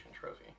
trophy